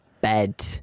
bed